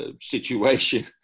situation